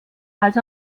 als